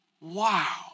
Wow